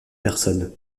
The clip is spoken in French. personne